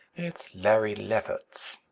it's larry lefferts.